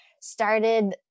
started